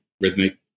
rhythmic